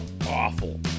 awful